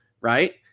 right